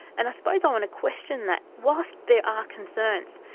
and i suppose i want to question that. whilst there are concerns,